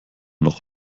noch